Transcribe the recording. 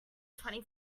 twenty